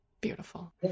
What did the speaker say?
Beautiful